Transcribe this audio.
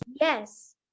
Yes